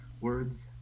words